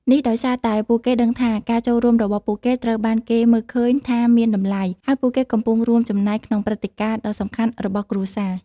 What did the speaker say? នេះដោយសារតែពួកគេដឹងថា ការចូលរួមរបស់ពួកគេត្រូវបានគេមើលឃើញថាមានតម្លៃ ហើយពួកគេកំពុងរួមចំណែកក្នុងព្រឹត្តិការណ៍ដ៏សំខាន់របស់គ្រួសារ។